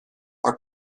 are